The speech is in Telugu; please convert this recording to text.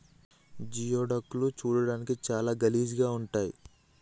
జియోడక్ లు చూడడానికి చాలా గలీజ్ గా ఉంటయ్